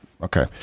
Okay